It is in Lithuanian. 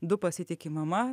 du pasitiki mama